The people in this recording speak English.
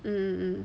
mm mm mm